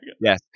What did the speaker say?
yes